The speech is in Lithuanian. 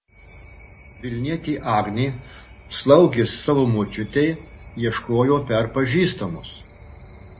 vilnietė agnė slaugės savo močiutei ieškojo per pažįstamus